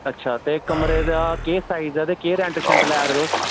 अच्छा ते कमरे दा केह् साइज ऐ ते केह् रेंट शेंट लैर'दे तुस